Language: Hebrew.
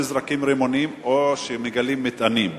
או שנזרקים רימונים או שמגלים מטענים.